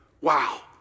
Wow